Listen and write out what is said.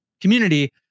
community